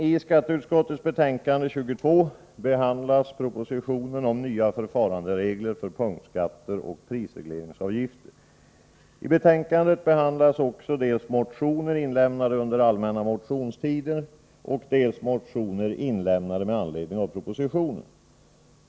I skatteutskottets betänkande 22 behandlas propositionen om nya förfaranderegler för punktskatter och prisregleringsavgifter. I betänkandet behandlas också dels motioner inlämnade under allmänna motionstiden, dels motioner som väckts med anledning av propositionen.